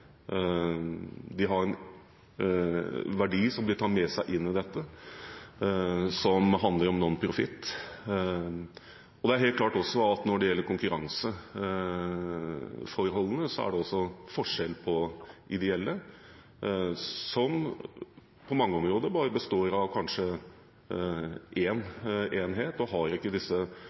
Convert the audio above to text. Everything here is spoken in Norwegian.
de har en verdi som de tar med seg inn i dette, som handler om nonprofit. Når det gjelder konkurranseforholdene, er det også forskjell på ideelle, som på mange områder kanskje består av bare én enhet og ikke har disse